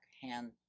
hand